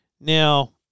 Now